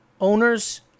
Owners